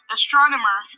astronomer